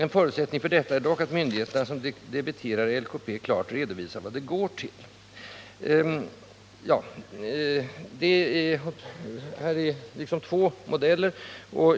En förutsättning för detta är dock att myndigheterna som debiterar LKP klart redovisar vart pengarna går.